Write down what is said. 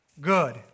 good